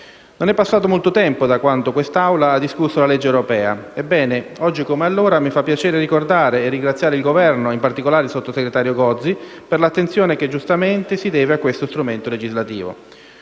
Non è passato molto tempo da quando quest'Assemblea ha discusso la legge europea; ebbene, oggi come allora mi fa piacere ricordare e ringraziare il Governo - in particolare il sottosegretario Gozi - per l'attenzione che giustamente si deve a questo strumento legislativo.